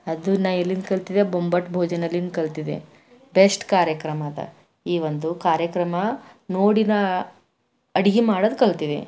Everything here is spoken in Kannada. ಅದು ನಾ ಎಲ್ಲಿಂದ ಕಲ್ತಿದೆ ಬೊಂಬಾಟ್ ಭೋಜನಲ್ಲಿಂದ ಕಲ್ತಿದೆ ಬೆಷ್ಟ್ ಕಾರ್ಯಕ್ರಮ ಅದ ಈ ಒಂದು ಕಾರ್ಯಕ್ರಮ ನೋಡಿ ನಾ ಅಡುಗೆ ಮಾಡೋದು ಕಲ್ತಿದೆ